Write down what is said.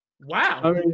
Wow